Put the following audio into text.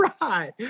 Right